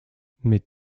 mit